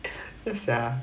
yeah